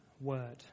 word